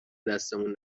دستمون